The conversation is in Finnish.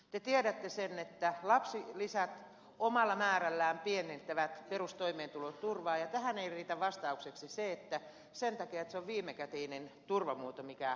te tiedätte sen että lapsilisät omalla määrällään pienentävät perustoimeentuloturvaa ja tähän ei riitä vastaukseksi se että sen takia että se on viimekätinen turvamuoto mikä on